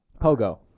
Pogo